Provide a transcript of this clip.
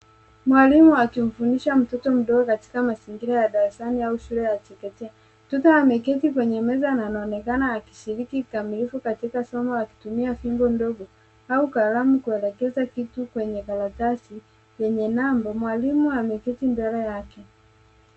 Mwalimu akimfundisha mtoto mdogo katika mazingira ya darasani au shule ya chekechea. Mtoto ameketi kwenye meza na anaonekana akishiriki kikamilifu katika somo akitumia fimbo ndogo au kalamu kuelekeza kitu kwenye karatasi yenye namba. Mwalimu ameketi mbele yake.